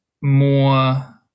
more